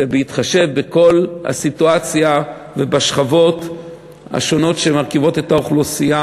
ובהתחשב בכל הסיטואציה ובשכבות השונות שמרכיבות את האוכלוסייה,